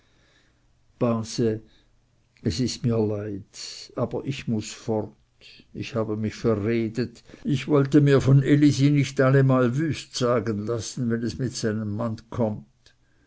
es ist mir leid aber ich muß fort ich habe mich verredet ich wolle mir von elisi nicht allemal wüst sagen lassen wenn es mit seinem mann kömmt